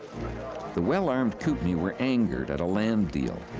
the well armed kootenay were angered at a land deal,